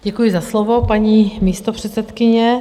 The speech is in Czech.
Děkuji za slovo, paní místopředsedkyně.